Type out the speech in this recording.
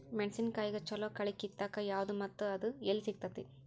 ಮೆಣಸಿನಕಾಯಿಗ ಛಲೋ ಕಳಿ ಕಿತ್ತಾಕ್ ಯಾವ್ದು ಮತ್ತ ಅದ ಎಲ್ಲಿ ಸಿಗ್ತೆತಿ?